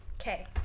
Okay